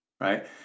Right